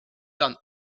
done